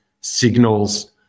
signals